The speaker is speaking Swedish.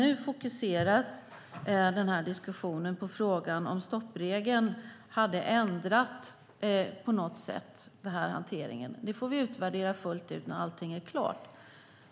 Nu fokuseras diskussionen på frågan huruvida stoppregeln på något sätt skulle ha ändrat hanteringen. Det får vi utvärdera när allting är klart.